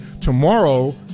Tomorrow